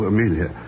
Amelia